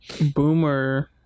Boomer